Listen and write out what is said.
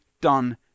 done